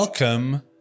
Welcome